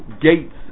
gates